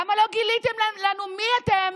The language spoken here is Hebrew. למה לא גיליתם לנו מי אתם